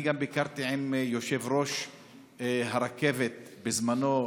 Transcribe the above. אני גם ביקרתי עם יושב-ראש הרכבת הקודם, בזמנו,